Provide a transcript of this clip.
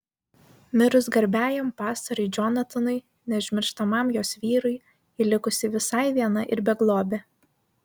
mirus garbiajam pastoriui džonatanui neužmirštamam jos vyrui ji likusi visai viena ir beglobė